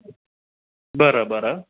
बरं बरं